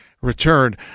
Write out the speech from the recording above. returned